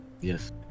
Yes